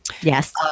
Yes